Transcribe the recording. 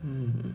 hmm